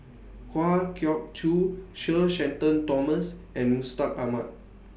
Kwa Geok Choo Sir Shenton Thomas and Mustaq Ahmad